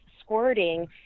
squirting